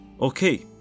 okay